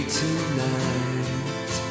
tonight